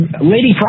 Lady